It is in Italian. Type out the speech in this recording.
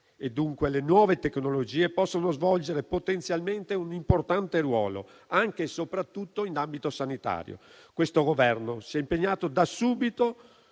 e dunque le nuove tecnologie possono svolgere potenzialmente un importante ruolo anche e soprattutto in ambito sanitario. Questo Governo si è impegnato da subito